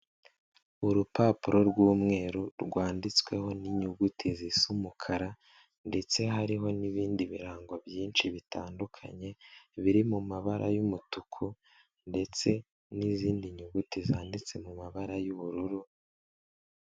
Urupapuro rw'umweru rwanditsweho n'inyuguti z'umukara ndetse hariho n'ibindi birango byinshi bitandukanye, biri mu mabara y'umutuku ndetse n'izindi nyuguti zanditse mu mabara y'ubururu.